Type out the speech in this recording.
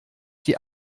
die